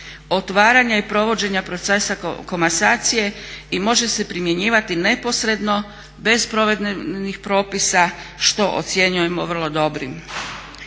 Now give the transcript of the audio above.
otvaranja i provođenja procesa komasacije i može se primjenjivati neposredno, bez provedenih propisa, što ocjenjujemo vrlo dobrim.